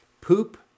Poop